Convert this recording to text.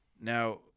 now